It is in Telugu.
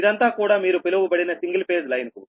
ఇదంతా కూడా మీరు పిలవబడిన సింగిల్ ఫేజ్ లైన్ కు